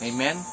Amen